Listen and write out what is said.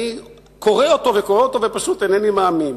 אני קורא וקורא אותו, ופשוט אינני מאמין.